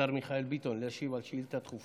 השר מיכאל ביטון, להשיב על שאילתה דחופה